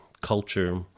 culture